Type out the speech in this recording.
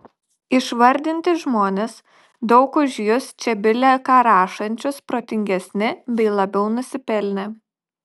išvardinti žmonės daug už jus čia bile ką rašančius protingesni bei labiau nusipelnę